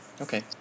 Okay